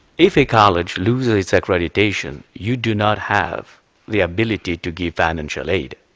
if the college loses its accreditation, you do not have the ability to give financial aid.